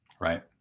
Right